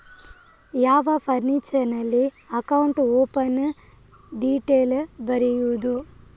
ಯಾವ ಫಾರ್ಮಿನಲ್ಲಿ account open detail ಬರೆಯುವುದು?